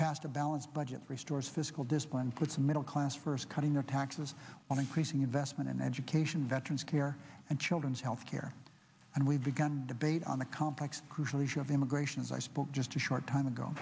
passed a balanced budget restores fiscal discipline puts middle class first cutting the taxes on increasing investment in education veterans care and children's health care and we've begun debate on the complex crucial issue of immigration as i spoke just a short time ago